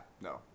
no